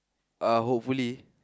uh hopefully